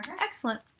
Excellent